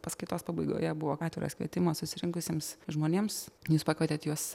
paskaitos pabaigoje buvo atviras kvietimas susirinkusiems žmonėms jūs pakvietėt juos